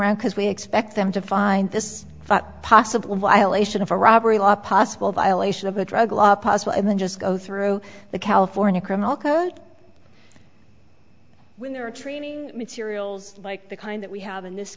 around because we expect them to find this possible violation of a robbery law possible violation of a drug law possible and then just go through the california criminal code when there are training materials like the kind that we have in this